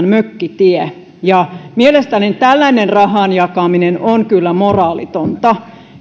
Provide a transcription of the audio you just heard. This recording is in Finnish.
mökkitie ja mielestäni tällainen rahan jakaminen on kyllä moraalitonta